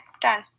done